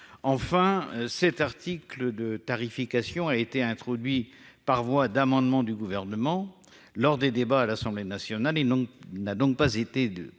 Enfin, cet article de tarification a été introduit par voie d'amendement du Gouvernement lors des débats à l'Assemblée nationale. Ces dispositions